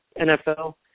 NFL